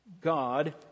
God